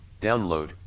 Download